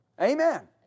Amen